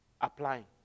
applying